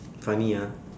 funny ah